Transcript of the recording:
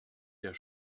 der